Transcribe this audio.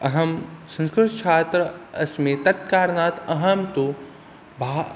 अहं संस्कृतछात्रः अस्मि तस्मात् कारणात् अहं तु भो